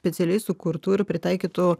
specialiai sukurtų ir pritaikytų